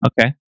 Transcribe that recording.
Okay